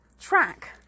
track